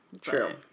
True